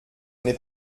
n’est